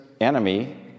enemy